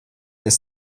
ist